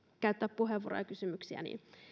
käyttää puheenvuoroja ja kysymyksiä